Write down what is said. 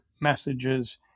messages